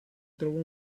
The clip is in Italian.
trova